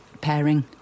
pairing